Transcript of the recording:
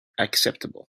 acceptable